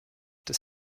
des